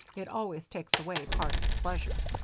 it always takes away part of the pleasure.